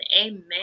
Amen